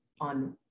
on